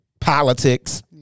Politics